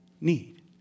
need